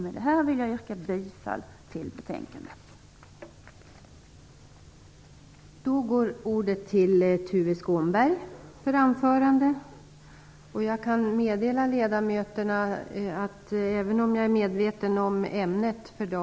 Med detta vill jag yrka bifall till utskottets hemställan.